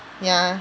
ya